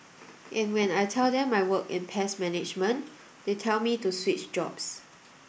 and when I tell them I work in pest management they tell me to switch jobs